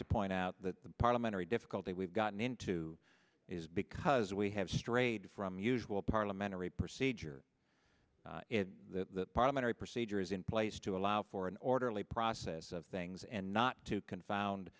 to point out that the parliamentary difficulty we've gotten into is because we have strayed from usual parliamentary procedure a parliamentary procedure is in place to allow for an orderly process of things and not to confound